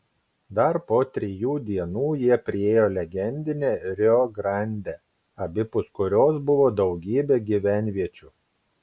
dar po trijų dienų jie priėjo legendinę rio grandę abipus kurios buvo daugybė gyvenviečių